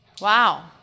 wow